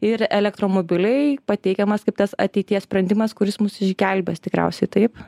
ir elektromobiliai pateikiamas kaip tas ateities sprendimas kuris mus išgelbės tikriausiai taip